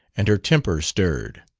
and her temper stirred.